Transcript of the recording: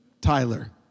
Tyler